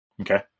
Okay